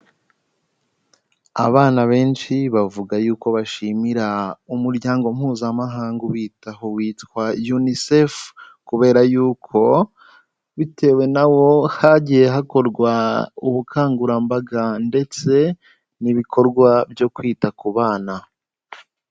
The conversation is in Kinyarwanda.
Abana benshi bavuga yuko bashimira Umuryango Mpuzamahanga ubitaho witwa Unicef, kubera yuko bitewe na wo hagiye hakorwa ubukangurambaga ndetse n'ibikorwa byo kwita ku bana.